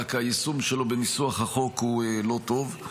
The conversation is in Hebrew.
רק היישום שלו בניסוח החוק הוא לא טוב.